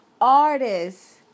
artists